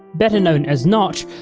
better known as notch,